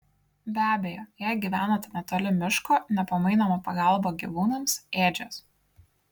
be abejo jei gyvenate netoli miško nepamainoma pagalba gyvūnams ėdžios